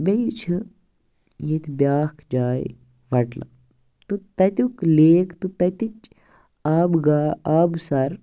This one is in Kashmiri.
بیٚیہِ چھِ ییٚتہِ بیاکھ جاے وٹلَب تہٕ تَتیُک لیک تہٕ تَتِچ آبہٕ گا آبہٕ سَر